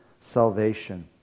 salvation